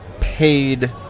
paid